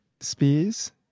spears